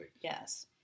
Yes